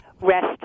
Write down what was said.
rest